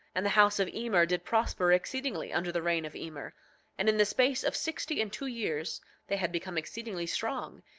and the house of emer did prosper exceedingly under the reign of emer and in the space of sixty and two years they had become exceedingly strong,